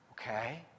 Okay